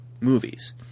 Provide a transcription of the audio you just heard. movies